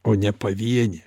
o ne pavieni